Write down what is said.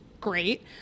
great